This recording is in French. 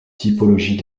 typologie